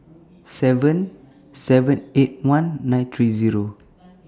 seven seven eight one nine three Zero